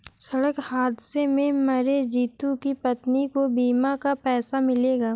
सड़क हादसे में मरे जितू की पत्नी को बीमा का पैसा मिलेगा